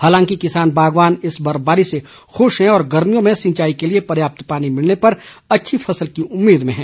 हालांकि किसान बागवान इस बर्फबारी से खुश हैं और गर्मियों में सिंचाई के लिए पर्याप्त पानी मिलने पर अच्छी फसल की उम्मीद में हैं